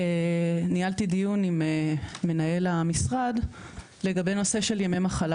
ניהלתי דיון עם מנהל המשרד לגבי נושא של ימי מחלה.